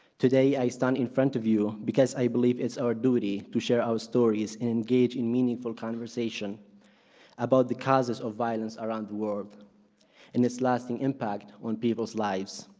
today i stand in front of you because i believe it's our duty to share our stories and engage in meaningful conversation about the causes of violence around the world and its lasting impact on people's lives.